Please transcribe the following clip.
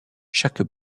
chaque